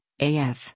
AF